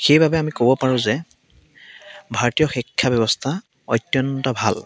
সেইবাবে আমি ক'ব পাৰোঁ যে ভাৰতীয় শিক্ষা ব্যৱস্থা অত্যন্ত ভাল